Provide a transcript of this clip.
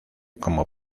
como